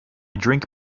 drink